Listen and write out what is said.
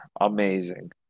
amazing